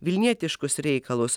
vilnietiškus reikalus